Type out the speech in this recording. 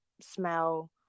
smell